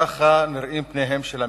ככה נראים פניהם של המתנחלים.